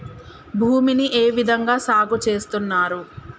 భూమిని ఏ విధంగా సాగు చేస్తున్నారు?